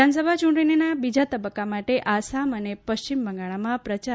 વિધાનસભા યૂંટણીના બીજા તબક્કા માટે આસામ અને પશ્ચિમ બંગાળમાં પ્રયાર